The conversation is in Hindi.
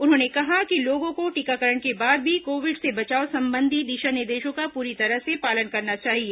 उन्होंने कहा कि लोगों को टीकाकरण के बाद भी कोविड से बचाव संबंधी दिशा निर्देशों का पूरी तरह से पालन करना चाहिए